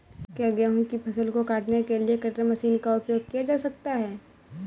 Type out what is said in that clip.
क्या गेहूँ की फसल को काटने के लिए कटर मशीन का उपयोग किया जा सकता है?